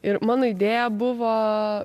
ir mano idėja buvo